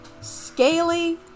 scaly